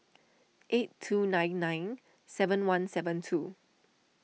eight two nine nine seven one seven two